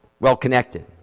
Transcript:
well-connected